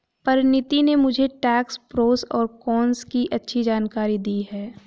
परिनीति ने मुझे tax pros और कोन्स की अच्छी जानकारी दी है